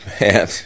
man